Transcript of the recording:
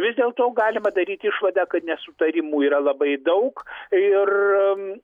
vis dėlto galima daryt išvadą kad nesutarimų yra labai daug ir